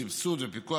סבסוד ופיקוח,